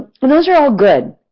and, those are all good.